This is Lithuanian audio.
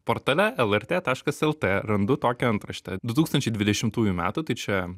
portale lrt taškas lt randu tokią antraštę du tūkstančiai dvidešimtųjų metų tai čia